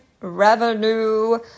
revenue